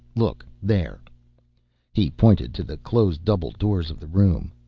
look there he pointed to the closed double doors of the room.